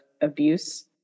abuse